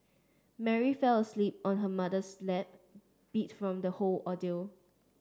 Mary fell asleep on her mother's lap beat from the whole ordeal